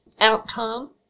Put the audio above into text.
outcome